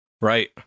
Right